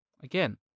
again